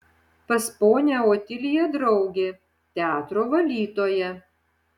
pas ponią otiliją draugė teatro valytoja